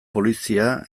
polizia